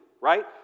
right